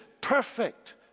perfect